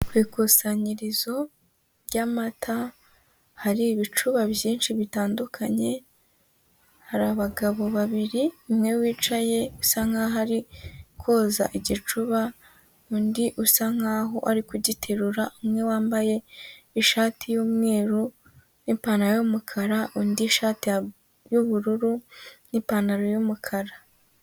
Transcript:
Ku ikusanyirizo ry'amata hari ibicuba byinshi bitandukanye, haribagabo babiri umwe wicaye usa nkaho ari koza igicuba, undi usa nkaho ari kugiterura, umwe wambaye ishati y'umweru n'ipantaro y'umukara, undi ishati y'ubururu n'ipantaro y'umukara.